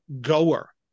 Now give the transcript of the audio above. goer